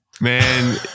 man